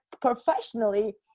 professionally